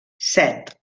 set